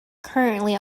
currently